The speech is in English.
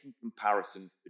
comparisons